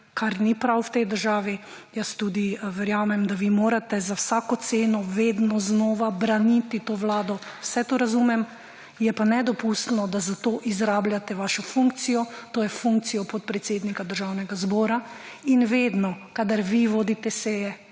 kar ni prav v tej državi, jaz tudi verjamem, da vi morate za vsako ceno vedno znova braniti to Vlado. Vse to razumem. Je pa nedopustno, da za to izrabljate vašo funkcijo, to je funkcijo podpredsednika Državnega zbora in vedno kadar vi vodite seje,